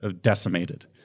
decimated